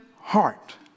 heart